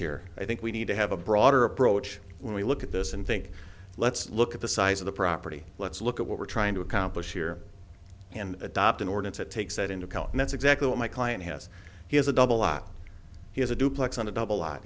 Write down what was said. here i think we need to have a broader approach when we look at this and think let's look at the size of the property let's look at what we're trying to accomplish here and adopt an ordnance that takes that into account and that's exactly what my client has he has a double lot he has a duplex on a double l